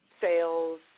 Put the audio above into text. sales